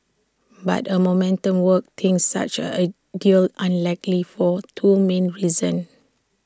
but A momentum works thinks such A deal unlikely for two main reasons